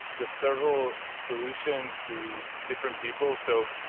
the several solutions to different people. so,